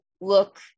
look